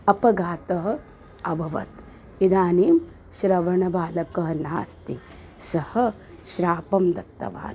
अपघातः अभवत् इदानीं श्रवणबालकः नास्ति सः शापं दत्तवान्